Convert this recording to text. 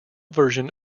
version